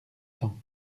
temps